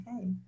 okay